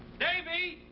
davey!